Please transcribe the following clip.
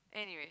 anyway